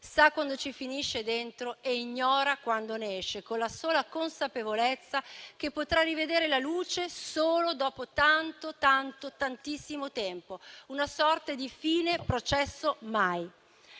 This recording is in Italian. sa quando ci finisce dentro e ignora quando ne esce, con la sola consapevolezza che potrà rivedere la luce solo dopo tanto, tantissimo tempo; una sorta di fine processo mai.